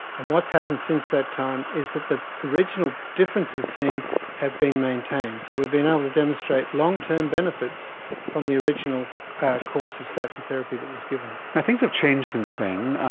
and what's happened since that time is that the original differences seen have been maintained. so we've been able to demonstrate long-term benefits from the original course of statin therapy that was given. things have changed since then,